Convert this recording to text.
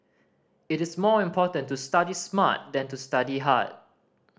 it is more important to study smart than to study hard